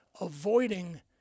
avoiding